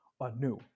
anew